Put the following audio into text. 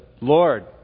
Lord